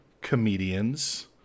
comedians